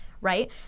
right